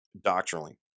doctrinally